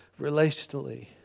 relationally